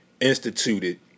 instituted